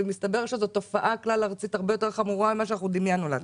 מסתבר שזאת תופעה כלל ארצית הרבה יותר חמורה ממה שדמיינו לעצמנו.